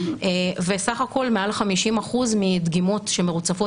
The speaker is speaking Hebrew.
וסך הכול מעל 50% מדגימות שמרוצפות